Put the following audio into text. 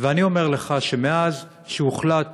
ואני אומר לך שמאז הוחלט